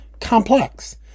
complex